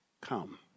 come